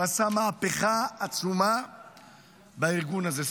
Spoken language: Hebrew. הוא עשה מהפכה עצומה בארגון הזה.